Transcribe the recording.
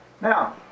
Now